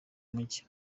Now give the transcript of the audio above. mujyi